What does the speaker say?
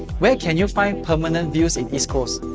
where can you find permanent views in east coast?